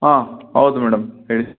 ಹಾಂ ಹೌದು ಮೇಡಂ ಹೇಳಿ